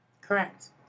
Correct